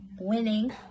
winning